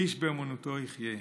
'איש באמונתו יחיה'".